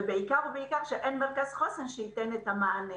ובעיקר-בעיקר בגלל שאין מרכז חוסן שייתן את המענה.